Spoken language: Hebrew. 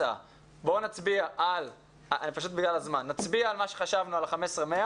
בואו נצביע על מה שחשבנו, על ה-15 ילדים ו-100